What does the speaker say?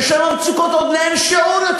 ששם המצוקות גדולות לאין-שיעור.